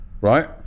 right